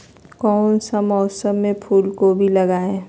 कौन सा मौसम में फूलगोभी लगाए?